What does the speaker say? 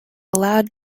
allowed